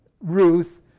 Ruth